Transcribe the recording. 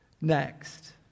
next